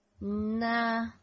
Nah